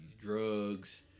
drugs